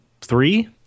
three